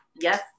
yes